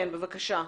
כן, בבקשה.